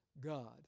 God